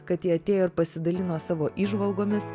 kad ji atėjo ir pasidalino savo įžvalgomis